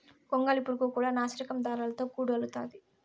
గొంగళి పురుగు కూడా నాసిరకం దారాలతో గూడు అల్లుతాది